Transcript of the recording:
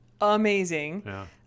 amazing